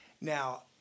Now